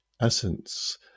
essence